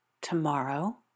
tomorrow